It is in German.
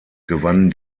gewannen